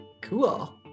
Cool